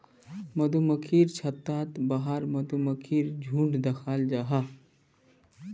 मधुमक्खिर छत्तार बाहर मधुमक्खीर झुण्ड दखाल जाहा